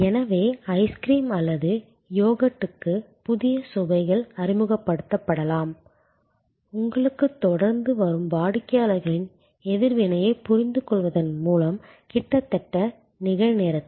எனவே ஐஸ்கிரீம் அல்லது யோகர்ட்டுக்கு புதிய சுவைகள் அறிமுகப்படுத்தப்படலாம் உங்களுக்குத் தொடர்ந்து வரும் வாடிக்கையாளர்களின் எதிர்வினையைப் புரிந்துகொள்வதன் மூலம் கிட்டத்தட்ட நிகழ்நேரத்தில்